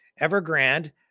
Evergrande